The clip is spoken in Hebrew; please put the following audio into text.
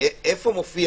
האם מופיע